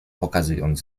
pokazując